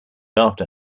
after